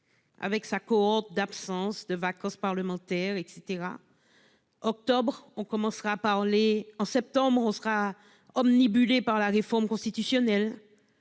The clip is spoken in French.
avec ses absences, ses vacances parlementaires, etc. En septembre, nous serons obnubilés par la réforme constitutionnelle.